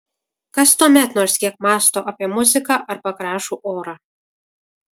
kas tuomet nors kiek mąsto apie muziką arba gražų orą